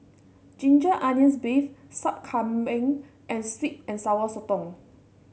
Ginger Onions beef Sup Kambing and sweet and Sour Sotong